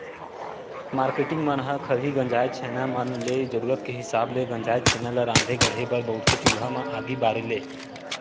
marketing मन ह खरही गंजाय छैना मन म ले जरुरत के हिसाब ले गंजाय छेना ल राँधे गढ़हे बर बउरथे चूल्हा म आगी बारे ले